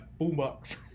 Boombox